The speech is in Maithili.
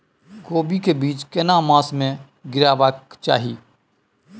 कोबी के बीज केना मास में गीरावक चाही?